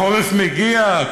החורף מגיע,